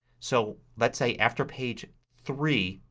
so let's say after page three,